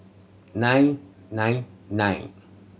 nine nine nine